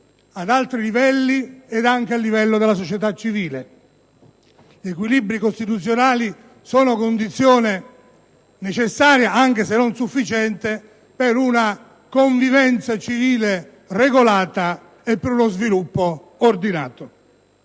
ad altri livelli ed anche a livello della società civile. Gli equilibri costituzionali sono condizione necessaria, anche se non sufficiente, per una convivenza civile regolata e per uno sviluppo ordinato.